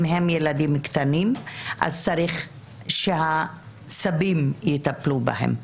אם הילדים קטנים, צריך שהסבים יטפלו בהם,